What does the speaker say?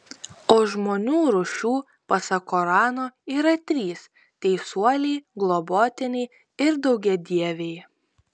o žmonių rūšių pasak korano yra trys teisuoliai globotiniai ir daugiadieviai